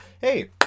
hey